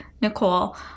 Nicole